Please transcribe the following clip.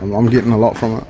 i'm getting a lot from ah